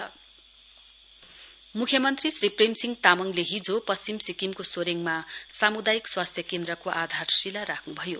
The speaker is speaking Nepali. सीएम सीएचसी म्ख्यमन्त्री श्री प्रेम सिह तामाङले हिजो पश्चिम सिक्किमको सोरेडमा सामुदायिक स्वास्थ्य केन्द्रको आधारशीला राख्न्भयो